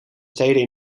steden